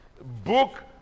book